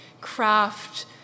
craft